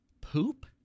poop